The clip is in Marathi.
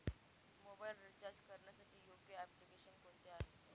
मोबाईल रिचार्ज करण्यासाठी योग्य एप्लिकेशन कोणते आहे?